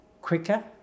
quicker